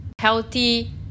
Healthy